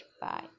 Bye